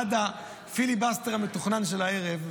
עד הפיליבסטר המתוכנן של הערב,